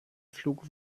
pflug